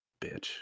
bitch